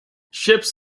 ships